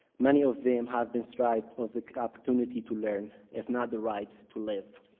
many of them have been stripped of the opportunity to learn, if not the right to live.